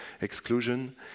exclusion